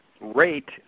rate